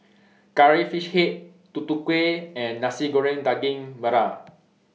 Curry Fish Head Tutu Kueh and Nasi Goreng Daging Merah